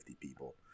people